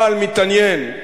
הבעל מתעניין,